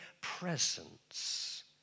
presence